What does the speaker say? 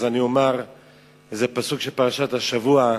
אז אני אומר פסוק מפרשת השבוע.